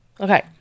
Okay